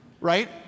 right